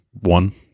one